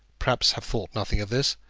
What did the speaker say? perhaps have thought nothing of this,